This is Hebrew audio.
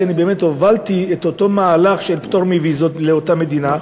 כי אני הובלתי את אותו מהלך של פטור מוויזות לאותה מדינה.